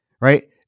Right